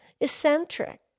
eccentric